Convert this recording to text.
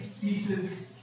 pieces